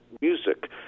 music